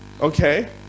Okay